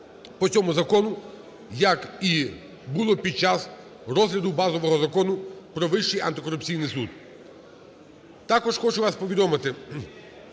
Також хочу вам повідомити,